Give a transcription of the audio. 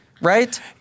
right